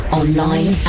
online